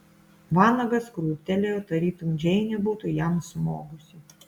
vanagas krūptelėjo tarytum džeinė būtų jam smogusi